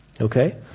Okay